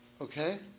okay